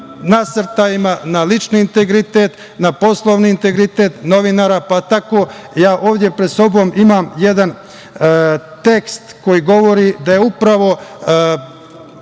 nasrtajima na lični integritet, na poslovni integritet novinara, pa tako ja ovde pred sobom imam jedan tekst koji govori da je upravo